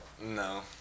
No